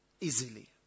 easily